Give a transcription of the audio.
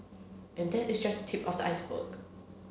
and that is just tip of the iceberg